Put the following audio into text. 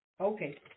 Okay